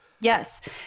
Yes